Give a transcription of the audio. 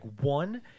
one